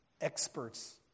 experts